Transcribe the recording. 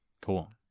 Cool